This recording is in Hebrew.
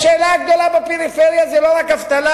השאלה הגדולה בפריפריה היא לא רק אבטלה.